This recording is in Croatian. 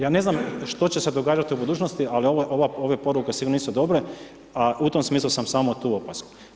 Ja ne znam što će se dešavati u budućnosti ali ove poruke sigurno nisu dobre, a u tom smislu sam samo tu opasku.